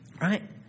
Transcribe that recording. Right